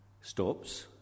stops